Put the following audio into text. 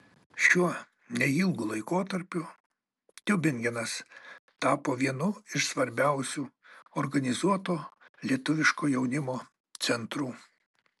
šiuo neilgu laikotarpiu tiubingenas tapo vienu iš svarbiausių organizuoto lietuviško jaunimo centrų